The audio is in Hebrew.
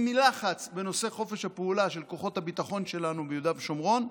עם לחץ בנושא חופש הפעולה של כוחות הביטחון שלנו ביהודה ושומרון.